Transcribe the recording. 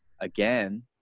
again